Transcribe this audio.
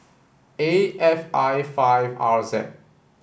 A F I five R Z